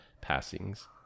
passings